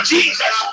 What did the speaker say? Jesus